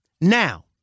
Now